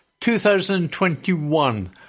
2021